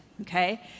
okay